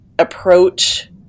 approach